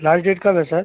लाश डेट कब है सर